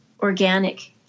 organic